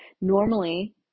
Normally